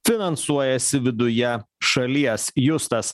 finansuojasi viduje šalies justas